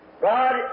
God